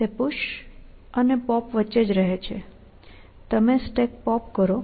તે પુશ અને પોપ વચ્ચે જ રહે છે તમે સ્ટેક પોપ કરો